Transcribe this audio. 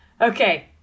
Okay